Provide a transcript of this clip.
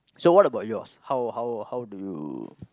so what about yours how how how do you